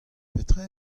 petra